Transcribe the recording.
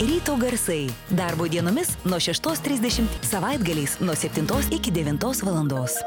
ryto garsai darbo dienomis nuo šeštos trisdešimt savaitgaliais nuo septintos iki devintos valandos